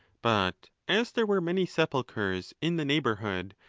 but as there were many sepulchres in the neigh bourhood,